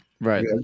Right